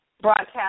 broadcast